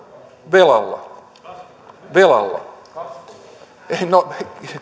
velalla velalla